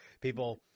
people